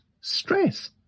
stress